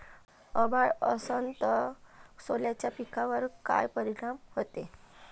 अभाळ असन तं सोल्याच्या पिकावर काय परिनाम व्हते?